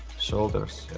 shoulders.